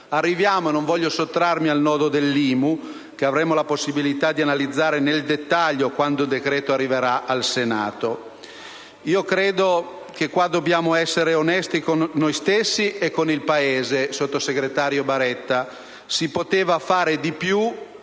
prima casa. Non voglio sottrarmi al nodo dell'IMU, che avremo la possibilità di analizzare nel dettaglio quando il provvedimento giungerà al Senato. Credo che qui dobbiamo essere onesti con noi stessi e con il Paese, sottosegretario Baretta. Si poteva fare di più